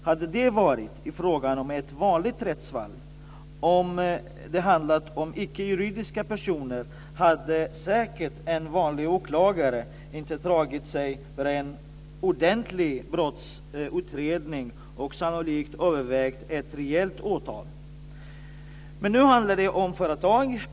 Hade det varit fråga om ett vanligt rättsfall, om det hade handlat om icke juridiska personer, hade säkert en vanlig åklagare inte dragit sig för en ordentlig brottsutredning och sannolikt övervägt ett rejält åtal. Men nu handlade det om ett företag.